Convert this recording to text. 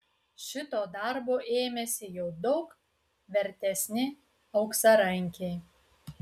šito darbo ėmėsi jau daug vertesni auksarankiai